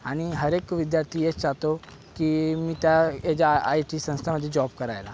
आणि हर एक विद्यार्थी हे चाहतो की मी त्या याच्या आयटी संस्थामध्ये जॉब करायला